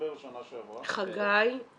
בנובמבר שנה שעברה ואז